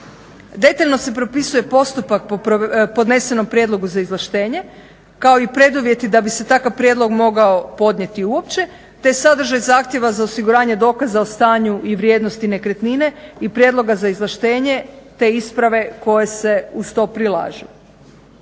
Detaljno se propisuje postupak po podnesenom prijedlogu za izvlaštenje kao i preduvjeti da bi se takav prijedlog mogao podnijeti uopće te sadržaj zahtjeva za osiguranje dokaza o stanju i vrijednosti nekretnine i prijedloga za izvlaštenje te isprave koje se uz to prilažu.